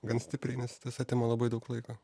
gan stipriai nes tas atima labai daug laiko